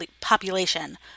population